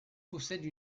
possède